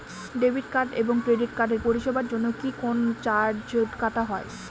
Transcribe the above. Debit card এবং credit কার্ডের পরিষেবার জন্য কি কোন চার্জ কাটা হয়?